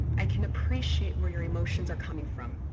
i can appreciate where your emotions are coming from.